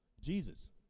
Jesus